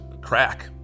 crack